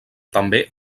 també